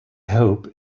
hope